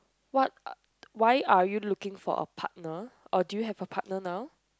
what uh why are you are looking for a partner or do you have a partner now